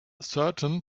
certain